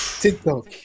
TikTok